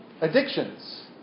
addictions